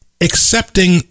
Accepting